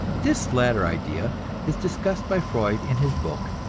this latter idea is discussed by freud, in his book,